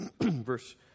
Verse